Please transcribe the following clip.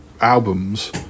albums